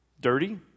dirty